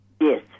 Yes